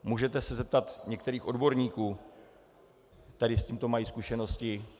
Můžete se zeptat některých odborníků, kteří s tím mají zkušenosti.